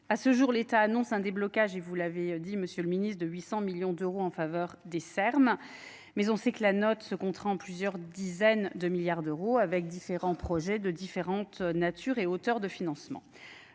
à ce jour l'état annonce un déblocage et vous l'avez dit monsieur le ministre de huit cents millions d'euros en faveur des ser ms mais on sait que la note se comptera en plusieurs dizaines de milliards d'euros avec différents projets de différentes natures et auteurs de financement